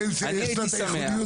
אני הייתי שמח --- כל קדנציה,